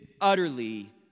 utterly